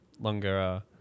longer